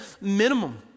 minimum